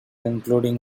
including